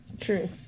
True